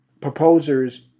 proposers